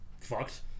fucked